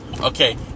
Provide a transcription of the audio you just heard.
Okay